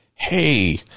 Hey